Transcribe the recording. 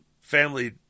family